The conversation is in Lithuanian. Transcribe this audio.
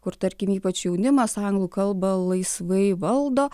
kur tarkim ypač jaunimas anglų kalbą laisvai valdo